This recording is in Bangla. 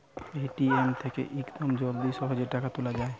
এ.টি.এম থেকে ইয়াকদম জলদি সহজে টাকা তুলে যায়